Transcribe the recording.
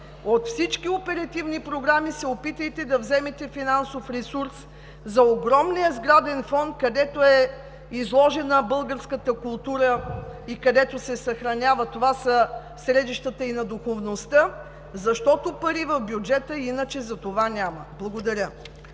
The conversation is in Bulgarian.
от всички оперативни програми се опитайте да вземете финансов ресурс за огромния сграден фонд, където е изложена и се съхранява българската култура. Това са средищата и на духовността, защото пари в бюджета иначе за това няма. Благодаря.